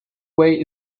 way